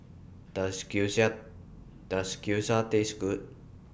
Does Gyoza Taste Good